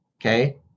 okay